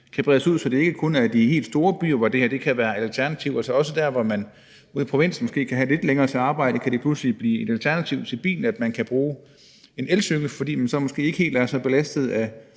kan bredes ud, så det ikke kun er i de helt store byer, hvor det her kan være et alternativ, men også ude i provinsen, hvor man kan have lidt længere til arbejde; der kan det blive et alternativ til bilen, at man kan bruge en elcykel, fordi man så måske ikke er helt så belastet af